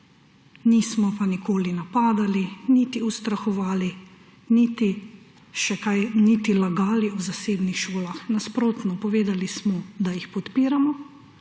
Nismo pa nikoli napadali, niti ustrahovali niti lagali o zasebnih šolah. Nasprotno, povedali smo da jih podpiramo,